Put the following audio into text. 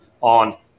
on